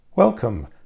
Welcome